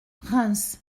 reims